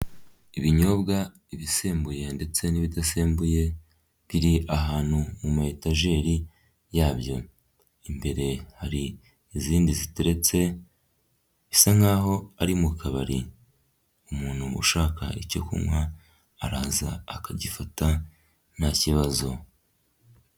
Ibinyobwa, ibisembuye ndetse n'ibidasembuye biri ahantu mu ma etajeri yabyo. Imbere hari izindi ziteretse, bisa nkaho ari mu kabari. Umuntu ushaka icyo kunywa, araza akagifata nta kibazo.